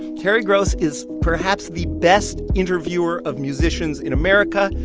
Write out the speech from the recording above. terry gross is perhaps the best interviewer of musicians in america.